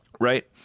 Right